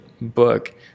book